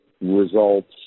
results